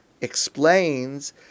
explains